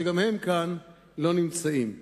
שגם הם לא נמצאים כאן.